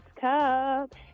cup